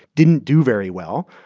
didn't do very well.